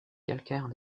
calcaire